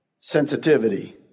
sensitivity